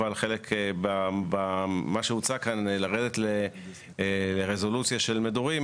אבל חלק ממה שהוצג כאן לרדת לרזולוציה של מדורים